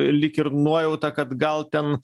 lyg ir nuojautą kad gal ten